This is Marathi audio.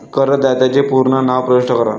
करदात्याचे पूर्ण नाव प्रविष्ट करा